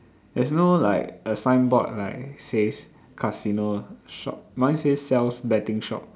there's no like a signboard like says casino shop mine says sells betting shop